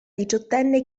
diciottenne